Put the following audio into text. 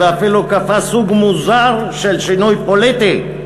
ואפילו כפה סוג מוזר של שינוי פוליטי.